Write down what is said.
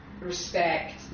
respect